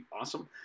awesome